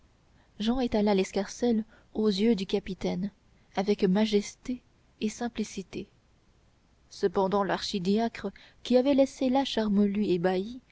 jehan étala l'escarcelle aux yeux du capitaine avec majesté et simplicité cependant l'archidiacre qui avait laissé là charmolue ébahi